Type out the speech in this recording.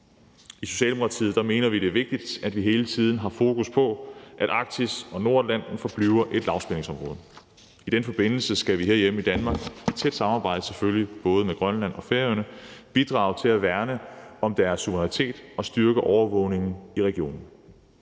I Socialdemokratiet mener vi, det er vigtigt, at vi hele tiden har fokus på, at Arktis og Nordatlanten forbliver et lavspændingsområde. I den forbindelse skal vi herhjemme i Danmark, selvfølgelig i et tæt samarbejde med både Grønland og Færøerne, bidrage til at værne om deres suverænitet og styrke overvågningen i regionen.